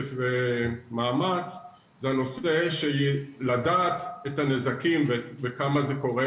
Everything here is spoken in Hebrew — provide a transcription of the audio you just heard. כסף ומאמץ זה הנושא של לדעת את הנזקים וכמה זה קורה.